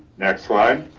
next slide.